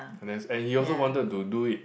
and there's and he also wanted to do it